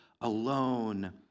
alone